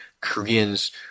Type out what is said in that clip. Koreans